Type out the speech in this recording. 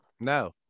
No